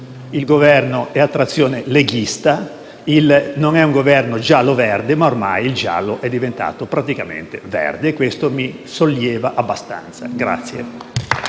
il Governo è a trazione leghista; non è un Governo giallo-verde, perché ormai il giallo è diventato praticamente verde, e questo mi solleva abbastanza.